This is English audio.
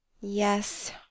Yes